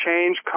change